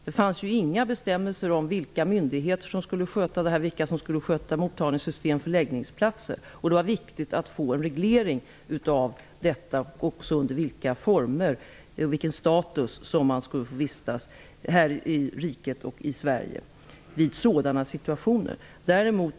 Det fanns inga bestämmelser om vilka myndigheter som skulle sköta detta, vilka som skulle sköta mottagningssystem och förläggningsplatser. Det var viktigt att få en reglering av detta liksom under vilka former och med vilken status som man skulle få vistas här i riket vid sådana situationer.